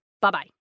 Bye-bye